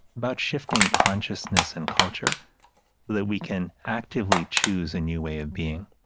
about shifting consciousness and culture that we can actively choose a new way of being.